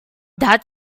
that